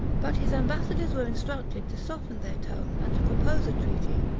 but his ambassadors were instructed to soften their tone, and to propose a treaty,